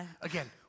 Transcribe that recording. again